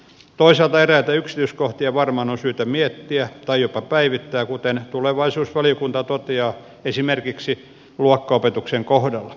toisaalta eräitä yksityiskohtia varmaan on syytä miettiä tai jopa päivittää kuten tulevaisuusvaliokunta toteaa esimerkiksi luokkaopetuksen kohdalla